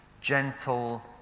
gentle